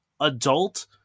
adult